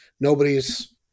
Nobody's